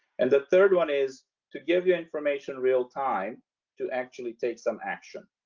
and the third one is to give you information real time to actually take some action.